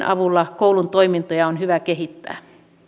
avulla koulun toimintoja on hyvä kehittää